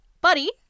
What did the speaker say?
Buddy